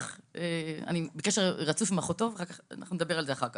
אני בקשר רצוף עם אחותו, אנחנו נדבר על זה אחר כך.